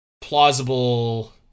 plausible